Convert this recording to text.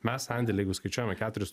mes sandėly jeigu skaičiuojame keturis